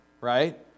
right